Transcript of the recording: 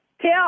tell